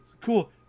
cool